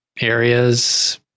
areas